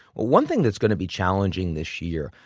one thing that's gonna be challenging this year,